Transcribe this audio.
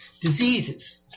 diseases